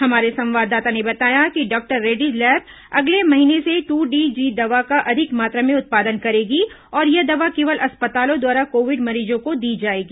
हमारे संवाददाता ने बताया है कि डॉक्टर रेड्डीज लैब अगले महीने से ट्र डी जी दवा का अधिक मात्रा में उत्पादन करेगी और यह दवा केवल अस्पतालों द्वारा कोविड मरीजों को दी जायेगी